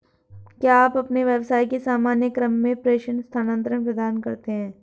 क्या आप अपने व्यवसाय के सामान्य क्रम में प्रेषण स्थानान्तरण प्रदान करते हैं?